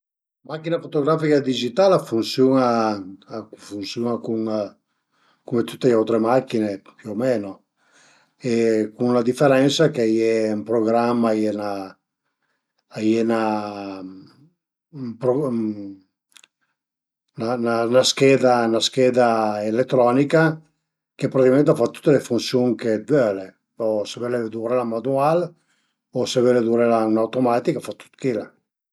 La machina fotografica digital a funsiun-a a fiuns-a cun cume tüte le autre machin-e puù o meno e cun la diferensa ch'a ie ën programma a ie 'na a ie 'na 'na scheda 'na scheda eletronica che probabilmente a fa tüte le funsiun che t'völe o se völe duvrela ën manual o se völe duvrela ën automatich a fa tüt chila